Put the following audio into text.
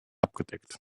abgedeckt